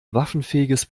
waffenfähiges